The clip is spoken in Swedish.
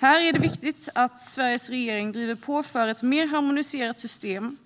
Här är det viktigt att Sveriges regering driver på för ett mer harmoniserat system